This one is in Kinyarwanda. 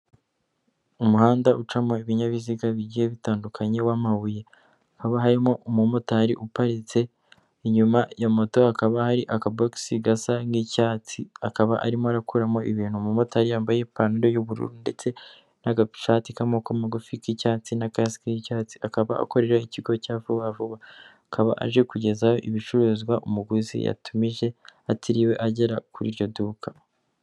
Umuhanda ucamo ibinyabiziga bigiye bitandukanye w'amabuyekaba harimo umumotari uparitse inyuma ya motokaba hari akabogisi gasa nk'icyatsi akaba arimo akuramo ibintu umumotari yambaye ipantaro y'ubururu ndetse n'agashati k'amamoko magufi k'icyatsi nakasike y'icyatsi akaba akorera ikigo cya vuba vuba akaba aje kugezaho ibicuruzwa umuguzi yatumije atiriwe agera kuri iryo duka.